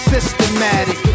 Systematic